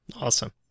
Awesome